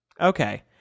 okay